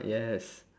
yes